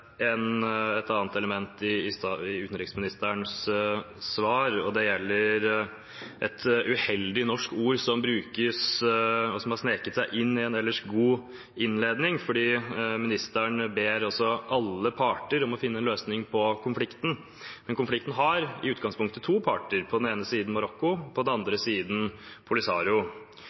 et annet element i utenriksministerens svar. Det gjelder et uheldig norsk ord som brukes, og som har sneket seg inn i en ellers god innledning. Utenriksministeren ber «alle parter» om å finne en løsning på konflikten, men konflikten har i utgangspunktet to parter: på den ene siden Marokko og på den andre siden Polisario,